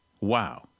Wow